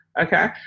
Okay